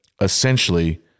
essentially